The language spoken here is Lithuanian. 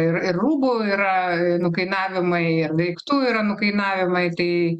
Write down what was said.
ir ir rūbų yra nukainavimai daiktų yra nukainavimai tai